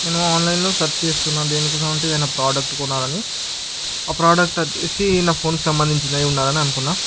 నేను ఆన్లైన్లో సెర్చ్ చేస్తున్నాను దేని కోసం అంటే ఏదైనా ప్రోడక్ట్ కొనాలని ఆ ప్రోడక్ట్ వచ్చేసి నా ఫోన్కి సంబంధించినది అయ్యి ఉండాలని అనుకున్నా